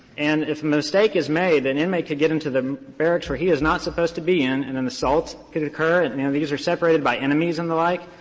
and if a mistake is made, an inmate could get into the barracks where he is not supposed to be in and an assault could occur. and and yeah these are separated by enemies and the like.